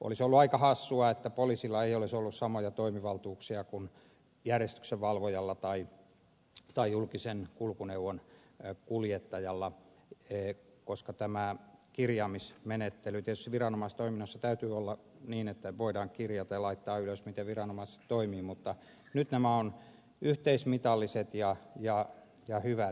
olisi ollut aika hassua että poliisilla ei olisi ollut samoja toimivaltuuksia kuin järjestyksenvalvojalla tai julkisen kulkuneuvon kuljettajalla koska tämän kirjaamismenettelyn tietysti viranomaistoiminnassa täytyy olla niin että voidaan kirjata ja laittaa ylös miten viranomaiset toimivat mutta nyt nämä ovat yhteismitalliset ja hyvät